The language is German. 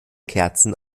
kerzen